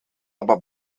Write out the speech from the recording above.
aber